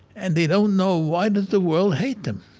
and they don't know why does the world hate them.